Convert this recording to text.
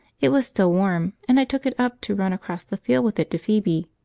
it was still warm, and i took it up to run across the field with it to phoebe.